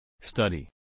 Study